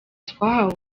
twahawe